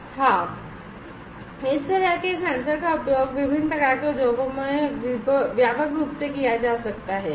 हाँ इस तरह के सेंसर का उपयोग विभिन्न प्रकार के उद्योगों में व्यापक रूप से किया जाता है